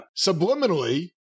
subliminally